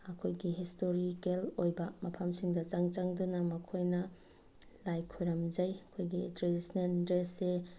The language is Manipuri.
ꯑꯩꯈꯣꯏꯒꯤ ꯍꯤꯁꯇꯣꯔꯤꯀꯦꯜ ꯑꯣꯏꯕ ꯃꯐꯝꯁꯤꯡꯗ ꯆꯪ ꯆꯪꯗꯨꯅ ꯃꯈꯣꯏꯅ ꯂꯥꯏ ꯈꯣꯏꯔꯝꯖꯩ ꯃꯈꯣꯏꯒꯤ ꯇ꯭ꯔꯦꯗꯤꯁꯅꯦꯜ ꯗ꯭ꯔꯦꯁꯁꯦ